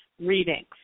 readings